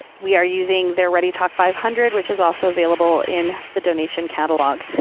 we are using their readytalk five hundred which is also available in the donation catalog.